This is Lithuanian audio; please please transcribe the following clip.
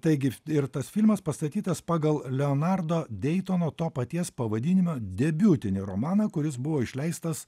taigi ir tas filmas pastatytas pagal leonardo deitono to paties pavadinimo debiutinį romaną kuris buvo išleistas